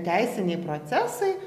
teisiniai procesai